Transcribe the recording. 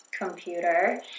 computer